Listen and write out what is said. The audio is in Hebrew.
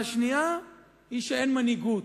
והשנייה היא שאין מנהיגות.